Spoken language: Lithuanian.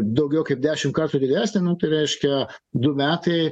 daugiau kaip dešim kartų didesnė reiškia du metai